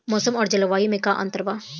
मौसम और जलवायु में का अंतर बा?